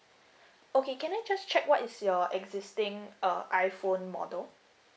okay can I just check what is your existing uh iPhone model